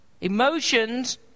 Emotions